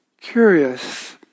Curious